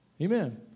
Amen